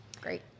Great